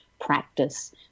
practice